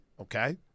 Okay